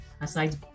aside